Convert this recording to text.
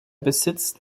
besitzt